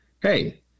hey—